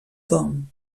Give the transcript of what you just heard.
don